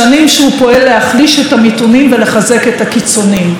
שנים שהוא פועל להחליש את המתונים ולחזק את הקיצוניים.